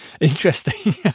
interesting